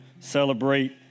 celebrate